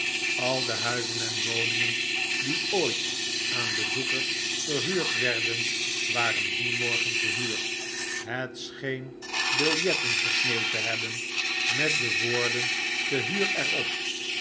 al de huizen en woningen die ooit aan bezoekers verhuurd werden waren dien morgen te huur het scheen biljetten gesneeuwd te hebben met de woorden te huur er